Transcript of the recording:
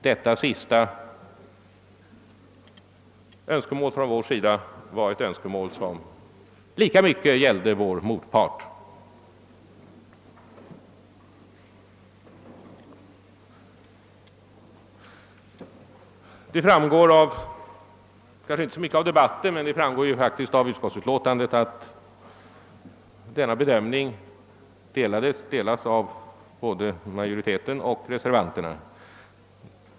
Det sistnämnda var i lika hög grad ett önskemål hos vår motpart. Det har kanske inte så mycket av de batten men väl av utskottets utlåtande framgått att denna bedömning delas av både utskottsmajoriteten och reservanterna.